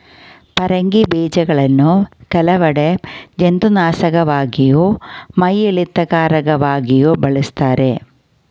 ಪರಂಗಿ ಬೀಜಗಳನ್ನು ಕೆಲವೆಡೆ ಜಂತುನಾಶಕವಾಗಿಯೂ ಮೈಯಿಳಿತಕಾರಕವಾಗಿಯೂ ಬಳಸ್ತಾರೆ